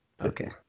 Okay